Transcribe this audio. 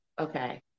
Okay